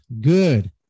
good